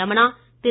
Ramana Thiru